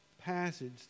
passage